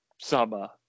summer